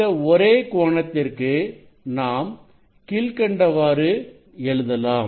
இந்த ஒரே கோணத்திற்கு நாம் கீழ்க்கண்டவாறு எழுதலாம்